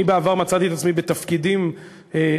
אני בעבר מצאתי את עצמי בתפקידים באופוזיציה,